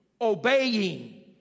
obeying